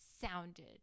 Sounded